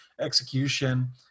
execution